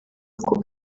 ako